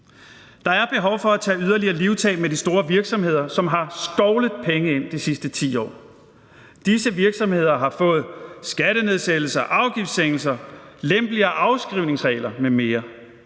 Der er behov for at tage yderligere livtag med de store virksomheder, som har skovlet penge ind de sidste 10 år. Disse virksomheder har fået skattenedsættelser, afgiftssænkninger, lempeligere afskrivningsregler m.m.,